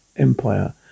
empire